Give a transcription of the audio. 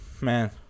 Man